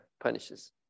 punishes